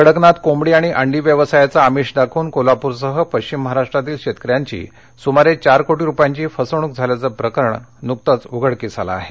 कडकनाथ कोंबडी आणि अंडी व्यवसायाचं आमिष दाखवून कोल्हापूरसह पश्चिम महाराष्ट्रातील शेतकऱ्यांची सुमारे चार कोटी रुपयांची फसवणूक झाल्याचे प्रकरण नुकतच उघडकीस आलं आहे